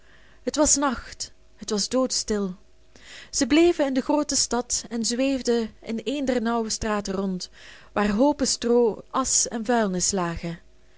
het was nacht het was doodstil zij bleven in de groote stad en zweefden in een der nauwe straten rond waar hoopen stroo asch en vuilnis lagen